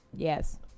Yes